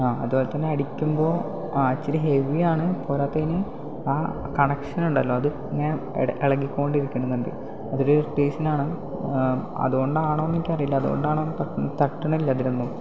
ആ അതുപോലെത്തന്നെ അടിക്കുമ്പോൾ ആ ഇച്ചിരി ഹെവിയാണ് പോരാത്തതിന് ആ കണക്ഷനുണ്ടല്ലോ അത് ഇങ്ങനെ ഇളകിക്കൊണ്ടിരിക്കുന്നുണ്ട് അതൊരു ഇറിറ്റേഷനാണ് അതുകൊണ്ടാണോ എന്നെനിക്കറിയില്ല അതുകൊണ്ടാണോന്നറിയില്ല തട്ടുന്നില്ലതിലൊന്നും